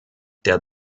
der